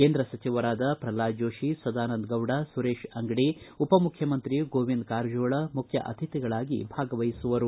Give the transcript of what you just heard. ಕೇಂದ್ರ ಸಚಿವರಾದ ಪ್ರಹ್ಲಾದ್ ಜೋತಿ ಸದಾನಂದ ಗೌಡ ಸುರೇಶ ಅಂಗಡಿ ಉಪಮುಖ್ಯಮಂತ್ರಿ ಗೋವಿಂದ ಕಾರಜೋಳ ಮುಖ್ಯ ಅತಿಥಿಗಳಾಗಿ ಭಾಗವಹಿಸುವರು